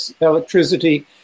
electricity